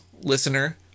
listener